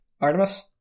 Artemis